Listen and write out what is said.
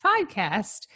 podcast